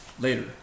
later